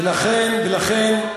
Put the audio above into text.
ולכן,